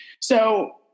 So-